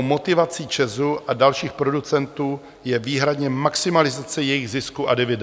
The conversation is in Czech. Motivací ČEZ a dalších producentů je výhradně maximalizace jejich zisku a dividend.